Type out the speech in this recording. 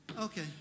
okay